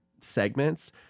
segments